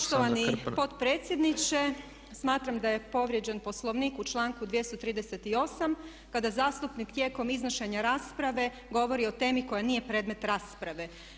Poštovani potpredsjedniče smatram da je povrijeđen Poslovnik u članku 238. kada zastupnik tijekom iznošenja rasprave govori o temi koja nije predmet rasprave.